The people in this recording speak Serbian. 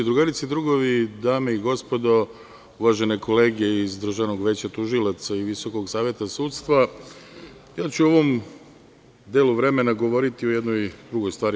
Drugarice i drugovi, dame i gospodo, uvažene kolege iz Državnog veća tužilaca i Visokog saveta sudstva, ja ću u ovom delu vremena govoriti o jednoj drugoj stvari.